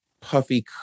puffy